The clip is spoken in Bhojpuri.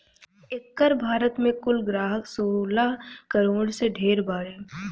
एकर भारत मे कुल ग्राहक सोलह करोड़ से ढेर बारे